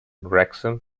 wrexham